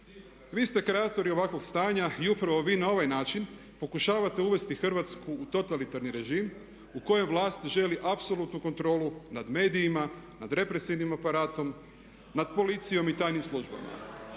Vi ste kreatori ovakvog stanja i upravo vi na ovaj način pokušavate uvesti Hrvatsku u totalitarni režim u kojoj vlast želi apsolutnu kontrolu nad medijima, nad represivnim aparatom, nad policijom i tajnim službama.